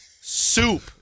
soup